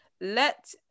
let